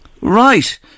Right